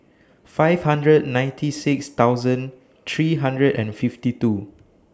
five hundred ninety six thousand three hundred and fifty two